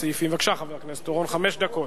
בבקשה, חבר הכנסת אורון, חמש דקות.